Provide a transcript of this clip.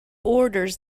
orders